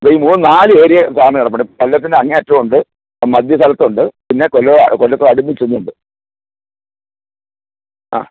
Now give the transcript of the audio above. ദേ ഈ മൂന്ന് നാല് ഏരിയയും സാറിന് കിടപ്പുണ്ട് കൊല്ലത്തിന്റെ അങ്ങേയറ്റമുണ്ട് മധ്യ സ്ഥലത്തുണ്ട് പിന്നെ കൊല്ലം കൊല്ലത്തോട് അടുപ്പിച്ച് ഒന്നുണ്ട് ആ